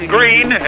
Green